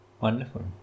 Wonderful